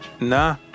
nah